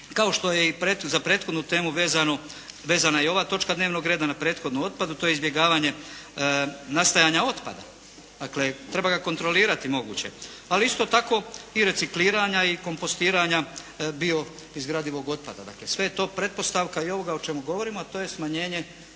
kao što je i za prethodnu temu vezana i ova točka dnevnog reda na … /Ne razumije se./ … to je izbjegavanje nastajanje otpada. Dakle treba ga kontrolirati moguće. Ali isto tako i recikliranja i kompostiranja bio izgradivog otpada. Dakle sve je to pretpostavka i ovoga o čemu govorimo, a to je smanjenje